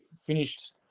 finished